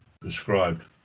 prescribed